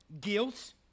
guilt